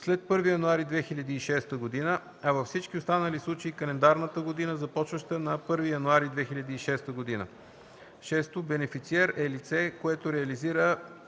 след 1 януари 2006 г., а във всички останали случаи – календарната година, започваща на 1 януари 2006 г. 6. „Бенефициер” е лице, което реализира